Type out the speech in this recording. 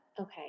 Okay